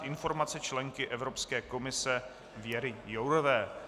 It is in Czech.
Informace členky Evropské komise Věry Jourové